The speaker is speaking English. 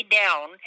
down